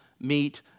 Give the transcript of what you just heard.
meet